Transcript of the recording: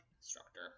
instructor